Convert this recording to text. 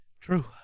true